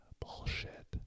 bullshit